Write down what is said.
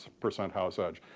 percent house edge.